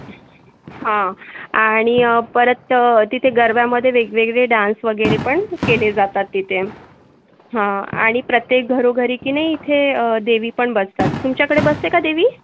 हा आणि परत तिथे गरब्यामध्ये वेगवेगळे डान्स वगैरे पण केले जातात तिथे हा आणि प्रत्येक घरोघरी की नाही इथे देवी पण बसतात तुमच्याकडे बसते का देवी